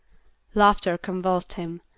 laughter convulsed him.